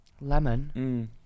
Lemon